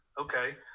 Okay